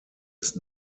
ist